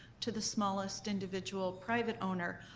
to the smallest individual private owner,